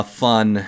fun